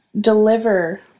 deliver